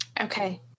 Okay